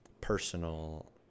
personal